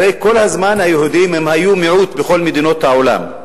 הרי כל הזמן היהודים היו מיעוט בכל מדינות העולם,